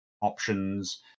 options